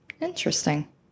Interesting